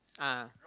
ah